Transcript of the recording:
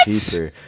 cheaper